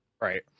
Right